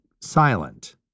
silent